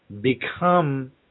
become